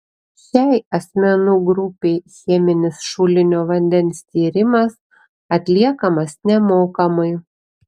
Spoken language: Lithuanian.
šiai asmenų grupei cheminis šulinio vandens tyrimas atliekamas nemokamai